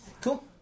Cool